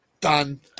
done